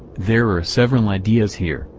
there're several ideas here,